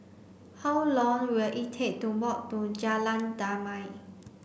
how long will it take to walk to Jalan Damai